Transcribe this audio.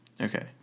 Okay